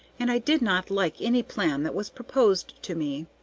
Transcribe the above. and i did not like any plan that was proposed to me.